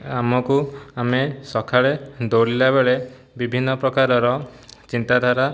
ଆମକୁ ଆମେ ସକାଳେ ଦୌଡ଼ିଲା ବେଳେ ବିଭିନ୍ନପ୍ରକାରର ଚିନ୍ତାଧାରା